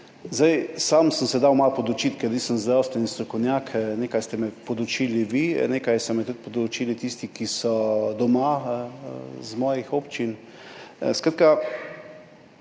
Dal sem se malo podučiti, ker nisem zdravstveni strokovnjak, nekaj ste me podučili vi, nekaj so me podučili tisti, ki so doma iz mojih občin, skratka,